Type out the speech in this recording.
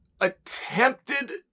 attempted